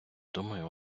думаю